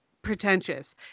Pretentious